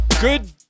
Good